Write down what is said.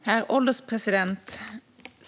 Herr ålderspresident!